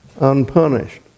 Unpunished